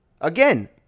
Again